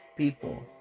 People